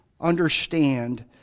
understand